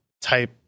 type